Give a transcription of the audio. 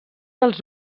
els